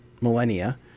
millennia